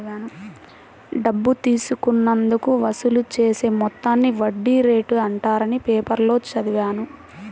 డబ్బు తీసుకున్నందుకు వసూలు చేసే మొత్తాన్ని వడ్డీ రేటు అంటారని పేపర్లో చదివాను